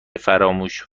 فراموش